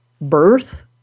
birth